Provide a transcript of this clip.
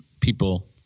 people